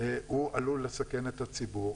הוא עלול לסכן את הציבור,